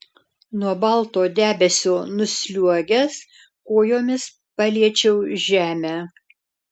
nuo balto debesio nusliuogęs kojomis paliečiau žemę